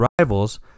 rivals